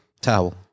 towel